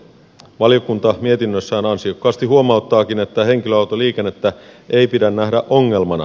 valiokunta mietinnössään ansiokkaasti huomauttaakin että henkilöautoliikennettä ei pidä nähdä ongelmana